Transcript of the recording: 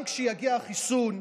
גם כשיגיע החיסון,